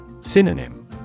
Synonym